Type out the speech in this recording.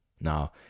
Now